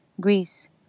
Greece